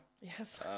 yes